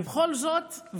ובכל זאת,